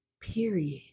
Period